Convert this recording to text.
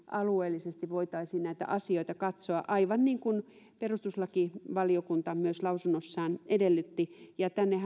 alueellisesti voitaisiin näitä asioita katsoa aivan niin kuin perustuslakivaliokunta myös lausunnossaan edellytti nythän tänne